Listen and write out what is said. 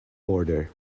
order